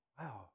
wow